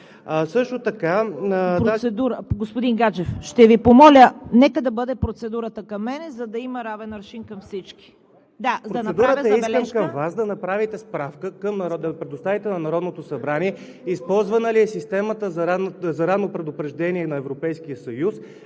КАРАЯНЧЕВА: Господин Гаджев, ще Ви помоля: нека да бъде процедурата към мен, за да има равен аршин към всички. ХРИСТО ГАДЖЕВ: Процедурата е: искам от Вас да направите справка и да предоставите на Народното събрание използвана ли е системата за ранно предупреждение на Европейския съюз